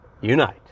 unite